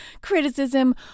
criticism